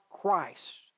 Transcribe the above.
Christ